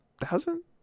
thousand